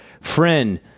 friend